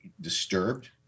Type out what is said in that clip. disturbed